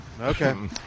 Okay